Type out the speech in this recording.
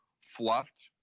fluffed